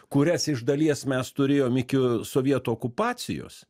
kurias iš dalies mes turėjom iki sovietų okupacijos